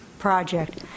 project